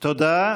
תודה.